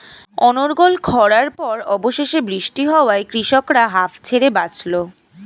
অনর্গল খড়ার পর অবশেষে বৃষ্টি হওয়ায় কৃষকরা হাঁফ ছেড়ে বাঁচল